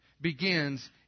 begins